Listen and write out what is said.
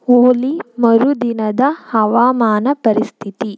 ಹೋಲಿ ಮರುದಿನದ ಹವಾಮಾನ ಪರಿಸ್ಥಿತಿ